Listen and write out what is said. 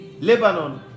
Lebanon